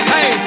Hey